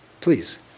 Please